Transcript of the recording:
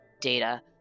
data